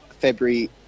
February